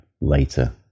later